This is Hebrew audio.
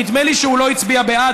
נדמה לי שהוא לא הצביע בעד,